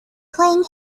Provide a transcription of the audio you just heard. playing